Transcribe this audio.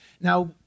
Now